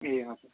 ए हवस्